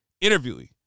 interviewing